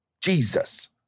Jesus